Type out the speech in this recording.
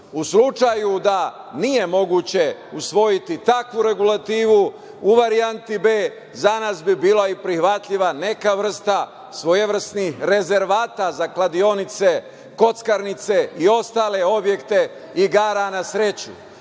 slučaju da nije moguće usvojiti takvu regulativu u varijanti b) za nas bi bila i prihvatljiva neka vrsta svojevrsnih rezervata za kladionice, kockarnice i ostale objekte igara na sreću,